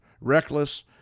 reckless